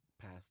passed